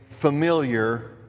familiar